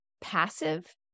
passive